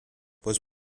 was